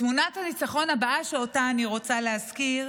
תמונת הניצחון הבאה שאותה אני רוצה להזכיר